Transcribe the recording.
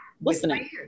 listening